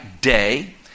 day